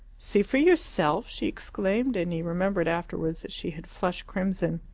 see for yourself? she exclaimed, and he remembered afterwards that she had flushed crimson.